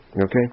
Okay